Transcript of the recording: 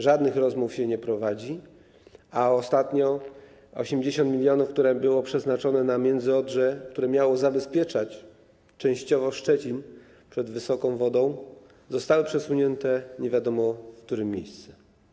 Żadnych rozmów się nie prowadzi, a ostatnio 80 mln zł, które były przeznaczone na Międzyodrze, które miało zabezpieczać częściowo Szczecin przed wysoką wodą, zostało przesunięte nie wiadomo, w które miejsce.